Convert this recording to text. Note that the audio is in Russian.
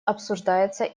обсуждается